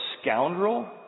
scoundrel